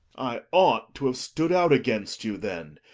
i ought to have stood out against you then,